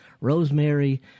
rosemary